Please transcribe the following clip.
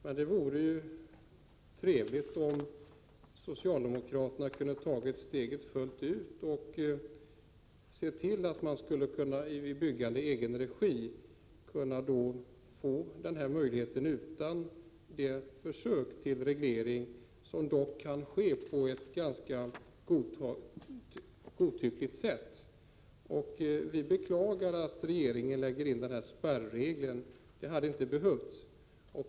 Men det vore trevligt om socialdemokraterna hade kunnat ta steget fullt ut och sett till att man vid byggande i egen regi får möjlighet till denna belåning oinskränkt i hela landet. Deras försök till reglering kan trots allt innebära att prövningen kan komma att ske på ett ganska godtyckligt sätt. Vi beklagar att regeringen vill införa denna spärregel. Detta hade inte behövts.